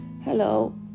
Hello